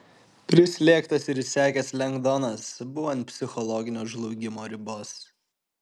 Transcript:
prislėgtas ir išsekęs lengdonas buvo ant psichologinio žlugimo ribos